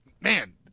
man